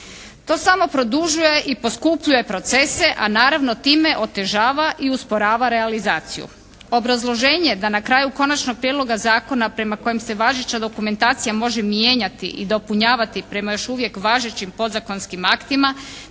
To samo produžuje i poskupljuje procese, a naravno time otežava i usporava realizaciju. Obrazloženje da na kraju konačnog prijedloga zakona prema kojem se važeća dokumentacija može mijenjati i dopunjavati prema još uvijek važećim podzakonskim aktima,